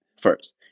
first